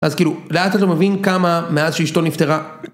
אז כאילו, לאט אתה מבין כמה מאז שאשתו נפטרה.